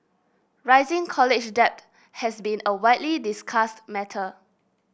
rising college debt has been a widely discussed matter